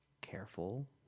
careful